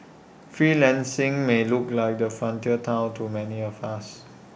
freelancing may look like the frontier Town to many of us